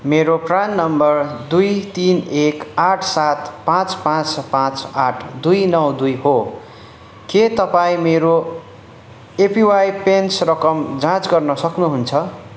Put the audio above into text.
मेरो PRAN number दुई तिन एक आठ सात पाँच पाँच पाँच आठ दुई नौ दुई हो के तपाईँँ मेरो एपिवाई पेन्सन रकम जाँच गर्न सक्नुहुन्छ